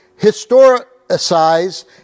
historicize